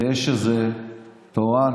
יש איזה תורן,